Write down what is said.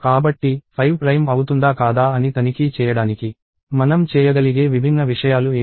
కాబట్టి 5 ప్రైమ్ అవుతుందా కాదా అని తనిఖీ చేయడానికి మనం చేయగలిగే విభిన్న విషయాలు ఏమిటి